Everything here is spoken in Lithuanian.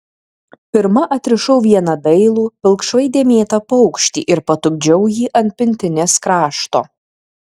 pirma atrišau vieną dailų pilkšvai dėmėtą paukštį ir patupdžiau jį ant pintinės krašto